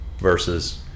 versus